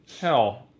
Hell